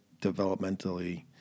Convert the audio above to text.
developmentally